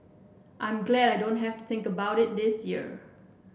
I'm glad I don't have to think about it this year